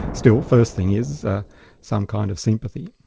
still, first thing is ah some kind of sympathy.